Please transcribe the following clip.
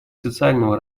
социального